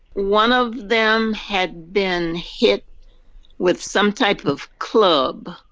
one of them had been hit with some type of club.